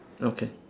okay